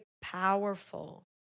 powerful